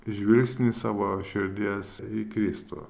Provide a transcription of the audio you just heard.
žvilgsnį savo širdies į kristų